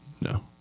No